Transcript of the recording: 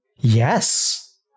Yes